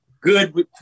good